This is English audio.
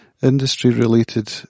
industry-related